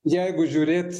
jeigu žiūrėt